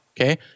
Okay